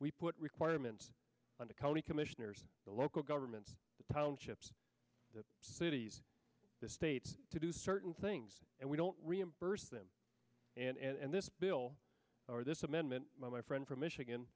we put requirements on the county commissioners the local governments the townships the cities the states to do certain things and we don't reimburse them and this bill or this amendment my friend from michigan